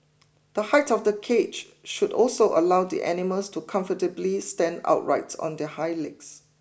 the height of the cage should also allow the animals to comfortably stand upright on their hind legs